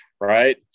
right